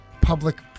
public